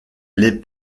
les